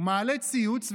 הוא מעלה ציוץ ואומר: